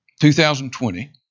2020